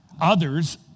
others